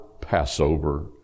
Passover